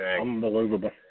unbelievable